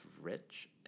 rich